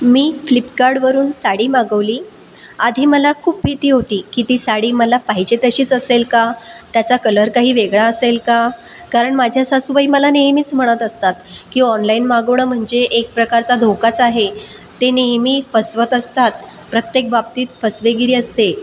मी फ्लिपकार्डवरून साडी मागवली आधी मला खूप भीती होती की ती साडी मला पाहिजे तशीच असेल का त्याचा कलर काही वेगळा असेल का कारण माझ्या सासूबाई मला नेहमीच म्हणत असतात की ऑनलाईन मागवणं म्हणजे एक प्रकारचा धोकाच आहे ते नेहमी फसवत असतात प्रत्येक बाबतीत फसवेगिरी असते